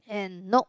and nope